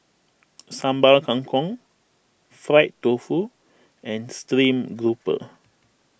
Sambal Kangkong Fried Tofu and Stream Grouper